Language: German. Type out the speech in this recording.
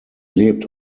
lebt